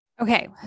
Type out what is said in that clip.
Okay